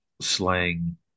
slang